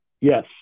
Yes